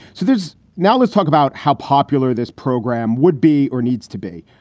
so there's now let's talk about how popular this program would be or needs to be.